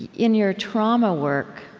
in your trauma work,